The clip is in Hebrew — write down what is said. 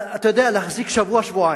אתה יודע, להחזיק שבוע-שבועיים,